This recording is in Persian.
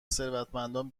ثروتمندان